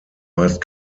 meist